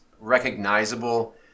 recognizable